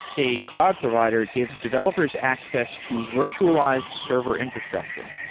a cloud provider gives developers access to virtualized server infrastructure.